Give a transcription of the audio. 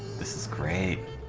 is great